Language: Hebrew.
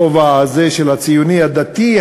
הכובע הזה של הציוני הדתי,